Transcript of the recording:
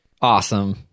awesome